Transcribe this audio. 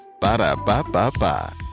Ba-da-ba-ba-ba